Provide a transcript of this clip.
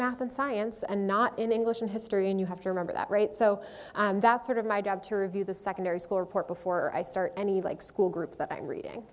science and not in english and history and you have to remember that right so that's sort of my job to review the secondary school report before i start any like school group that i'm reading